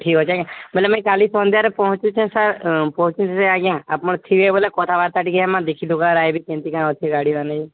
ଠିକ୍ ଅଛେ ବୁଲେ କାଲି ସନ୍ଧ୍ୟାରେ ପହଞ୍ଚୁଛେ ଆଜ୍ଞା ଆପଣ ଥିବେ ବୋଲେ କଥାବାର୍ତ୍ତା ଟିକେ ହେମା ଦେଖି ଦୁଖା କିରି ଆଇବି କେମିତି କାଣା ଅଛି ଗାଡ଼ିମାନେ